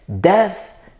Death